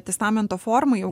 testamento formą jau